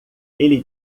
ele